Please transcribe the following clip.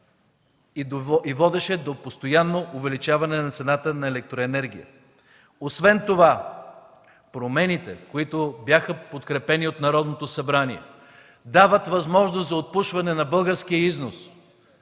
и водеше до постоянно увеличаване на цената на електроенергията. Освен това промените, които бяха подкрепени от Народното събрание, дават възможност за отпушване на българския износ.